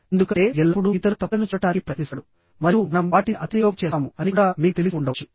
ఎందుకంటే B ఎల్లప్పుడూ ఇతరుల తప్పులను చూడటానికి ప్రయత్నిస్తాడు మరియు మనం వాటిని అతిశయోక్తి చేస్తాము అని కూడా మీకు తెలిసి ఉండవచ్చు